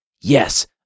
yes